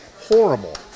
horrible